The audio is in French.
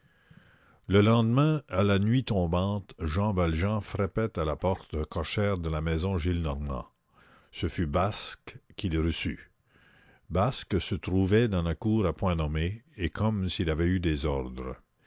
le lendemain à la nuit tombante jean valjean frappait à la porte cochère de la maison gillenormand ce fut basque qui le reçut basque se trouvait dans la cour à point nommé et comme s'il avait eu des ordres